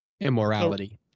Immorality